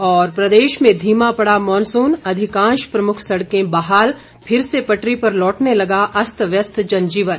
और प्रदेश में धीमा पड़ा मॉनसून अधिकांश प्रमुख सड़कें बहाल फिर से पटरी पर लौटने लगा अस्त व्यस्त जन जीवन